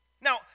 Now